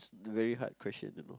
the very hard question you know